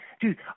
dude